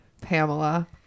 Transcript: Pamela